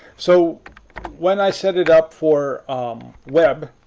so when i set it up for um web,